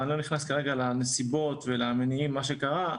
ואני לא נכנס כרגע לנסיבות ולמניעים של מה שקרה,